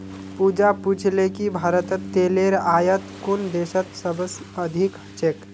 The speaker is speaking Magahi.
पूजा पूछले कि भारतत तेलेर आयात कुन देशत सबस अधिक ह छेक